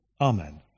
Amen